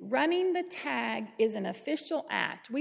running the tag is an official act we